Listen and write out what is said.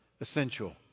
essential